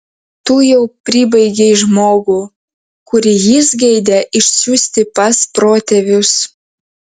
tu jau pribaigei žmogų kurį jis geidė išsiųsti pas protėvius